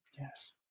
Yes